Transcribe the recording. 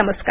नमस्कार